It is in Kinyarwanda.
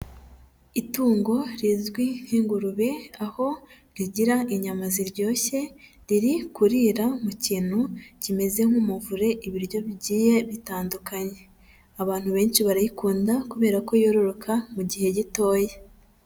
Itungo rizwi nk'ingurube aho rigira inyama ziryoshye riri kurira mu kintu kimeze nk'umuvure ibiryo bigiye bitandukanye, abantu benshi bararikunda kubera ko yororoka mu gihe gitoya.